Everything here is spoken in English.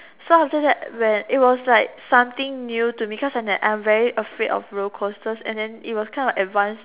so after that when it was like something new to me cause I never I'm very afraid of roller coasters and then it's kind of advanced